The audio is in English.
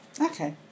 Okay